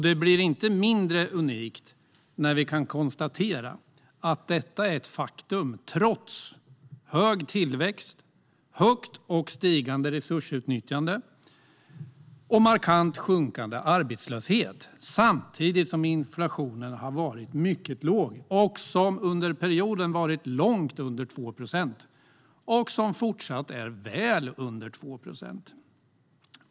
Den blir inte mindre unik när vi kan konstatera att detta är ett faktum trots hög tillväxt, stort och stigande resursutnyttjande och markant sjunkande arbetslöshet. Samtidigt har inflationen varit mycket låg - under perioden har den varit långt under 2 procent, och den är fortsatt väl under 2 procent.